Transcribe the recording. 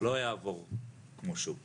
לא יעבור כמו שהוא הוגש.